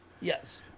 Yes